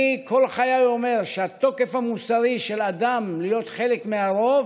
כל חיי אני אומר שהתוקף המוסרי של אדם להיות חלק מהרוב